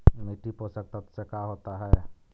मिट्टी पोषक तत्त्व से का होता है?